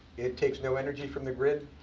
it takes no energy from the grid.